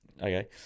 Okay